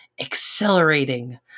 accelerating